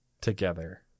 together